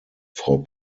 frau